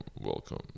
welcome